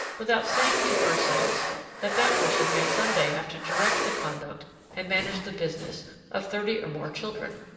without saying to ourselves that that person may some day have to direct the conduct and manage the business of thirty or more children,